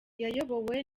yayobowe